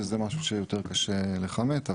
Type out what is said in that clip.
שזה משהו שיותר קשה לכמת,